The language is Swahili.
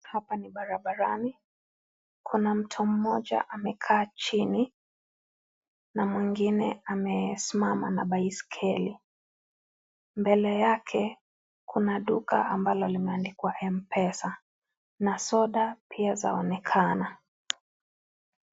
Hapa ni barabarani kuna mtu mmoja amekaa chini na mwingine amesimama na baisikeli, mbele yake kuna duka ambalo limeandikwa Mpesa na soda pia zaonekana.